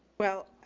well,